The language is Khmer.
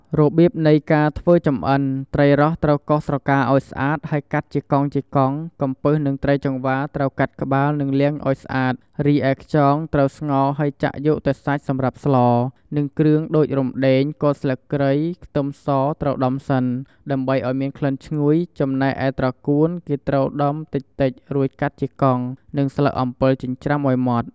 របៀបនៃការធ្វើចម្អិន ត្រីរ៉ស់ត្រូវកោសស្រកាឱ្យស្អាតហើយកាត់ជាកង់ៗ កំពឹសនិងត្រីចង្វាត្រូវកាត់ក្បាលនិងលាងឱ្យស្អាត រីឯខ្យងត្រូវស្ងោរហើយចាក់យកតែសាច់សម្រាប់ស្ល និងគ្រឿងដូចរំដេង គល់ស្លឹកគ្រៃ ខ្ទឹមសត្រូវដំសិន ដើម្បីឱ្យមានក្លិនឈ្ងុយ ចំណែកឯត្រកួនគេត្រូវដំតិចៗរួចកាត់ជាកង់ និងស្លឹកអំពិលចិញ្រ្ចាំឱ្យម៉ដ្ឋ។